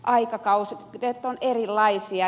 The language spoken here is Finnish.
aikakaudet ovat erilaisia